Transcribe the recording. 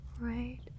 right